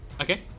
Okay